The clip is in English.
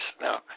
No